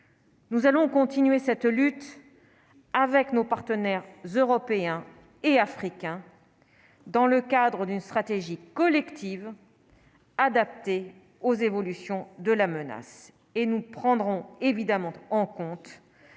Nous allons continuer cette lutte avec nos partenaires européens et africains dans le cadre d'une stratégie collective adaptée aux évolutions de la menace et nous prendrons évidemment en compte